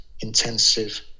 intensive